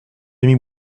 demi